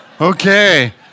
Okay